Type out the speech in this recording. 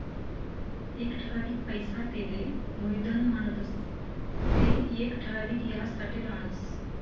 एक ठरावीक पैसा तेले मुयधन म्हणतंस ते येक ठराविक याजसाठे राहस